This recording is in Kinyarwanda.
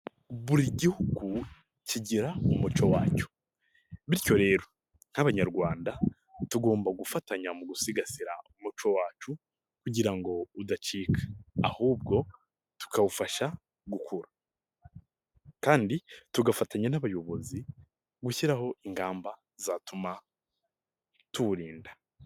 Buri gihugu kigira umuco wacyo bityo rero nk'abanyarwanda, tugomba gufatanya mu gusigasira umuco wacu kugira ngo udacika ahubwo tukawufasha gukura kandi tugafatanya n'abayobozi gushyiraho ingamba zatuma tuwurinda.